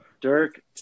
Dirk